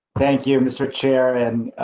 thank you mr. chair and,